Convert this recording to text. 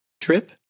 trip